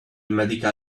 medical